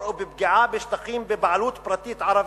או בפגיעה בשטחים בבעלות פרטית ערבית.